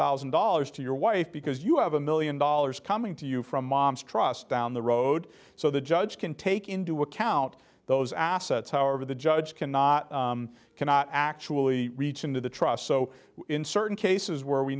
thousand dollars to your wife because you have a million dollars coming to you from mom's trust down the road so the judge can take into account those assets however the judge cannot cannot actually reach into the trust so in certain cases where we